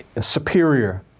superior